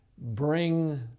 Bring